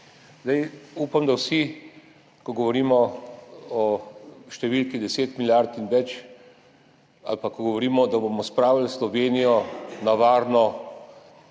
Upam, da se vsi, ko govorimo o številki 10 milijard in več ali pa ko govorimo, da bomo spravili v Slovenijo na varno,